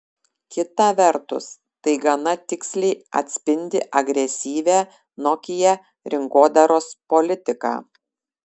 kita vertus tai gana tiksliai atspindi agresyvią nokia rinkodaros politiką